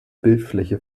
bildfläche